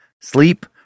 Sleep